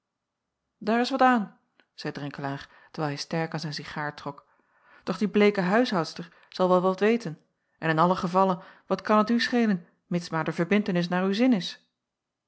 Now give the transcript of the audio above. daar is wat aan zeî drenkelaer terwijl hij sterk aan zijn cigaar trok doch die bleeke huishoudster zal wel wat weten en in allen gevalle wat kan het u schelen mids maar de verbintenis naar uw zin is